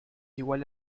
igual